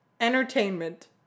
entertainment